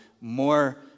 more